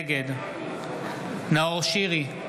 נגד נאור שירי,